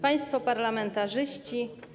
Państwo Parlamentarzyści!